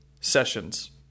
sessions